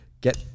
get